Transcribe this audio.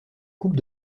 coupe